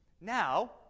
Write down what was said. Now